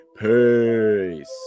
peace